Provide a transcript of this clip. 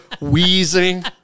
wheezing